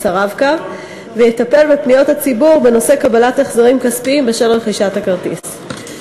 ה"רב-קו" ויטפל בפניות הציבור בנושא קבלת החזרים כספיים בשל רכישת הכרטיס.